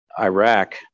Iraq